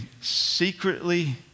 secretly